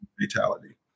fatality